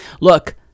look